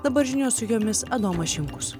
dabar žinios su jomis adomas šimkus